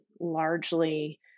largely